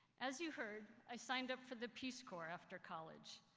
as you heard i signed up for the peace corps after college,